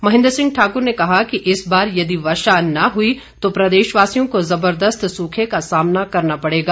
महेंद्र सिंह ठाकुर ने कहा कि इस बार यदि वर्षा न हुई तो प्रदेशवासियों को जबरदस्त सूखे का सामना करना पड़ेगा